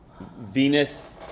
Venus